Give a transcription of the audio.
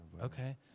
okay